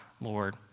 Lord